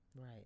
Right